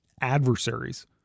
adversaries